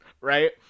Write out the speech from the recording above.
right